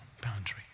boundary